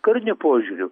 kariniu požiūriu